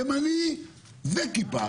ימני וכיפה